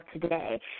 today